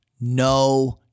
no